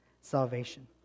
salvation